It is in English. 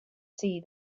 see